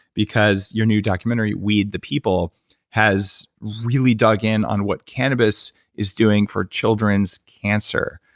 because your new documentary, weed the people has really dug in on what cannabis is doing for children's cancer.